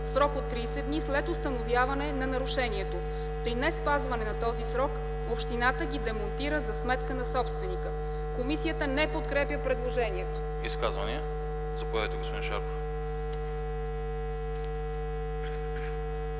срок от 30 дни след установяване на нарушението. При неспазване на този срок общината ги демонтира за сметка на собственика.” Комисията не подкрепя предложението. ПРЕДСЕДАТЕЛ АНАСТАС АНАСТАСОВ: